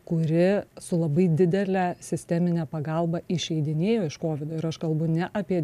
kuri su labai didele sistemine pagalbą išeidinėjo iš kovido ir aš kalbu ne apie